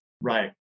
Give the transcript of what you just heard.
Right